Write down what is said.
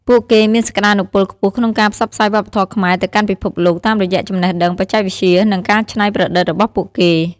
ពួកគេមានសក្ដានុពលខ្ពស់ក្នុងការផ្សព្វផ្សាយវប្បធម៌ខ្មែរទៅកាន់ពិភពលោក តាមរយៈចំណេះដឹង បច្ចេកវិទ្យា និងការច្នៃប្រឌិតរបស់ពួកគេ។